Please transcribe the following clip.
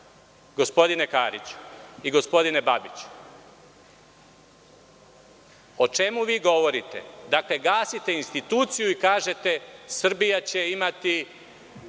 njima. Gospodine Kariću i gospodine Babiću, o čemu vi govorite? Dakle, gasite instituciju i kažete – Srbija će imati